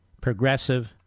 Progressive